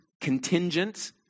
contingent